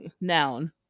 Noun